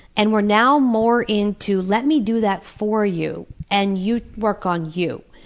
and we're now more into, let me do that for you and you work on you.